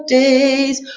days